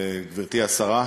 גברתי השרה,